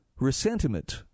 Resentiment